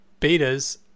betas